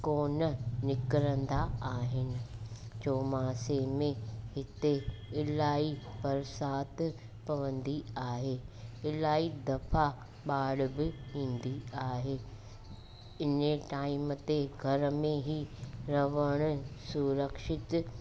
कोन निकिरंदा आहिनि चौमासे में हिते इलाही बरसाति पवंदी आहे इलाही दफ़ा बाढ़ बि ईंदी आहे इन टाइम ते घर में ई रहण सुरक्षित